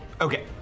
Okay